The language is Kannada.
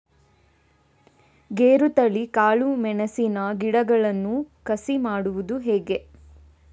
ಗೇರುತಳಿ, ಕಾಳು ಮೆಣಸಿನ ಗಿಡಗಳನ್ನು ಕಸಿ ಮಾಡುವುದು ಹೇಗೆ?